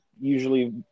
Usually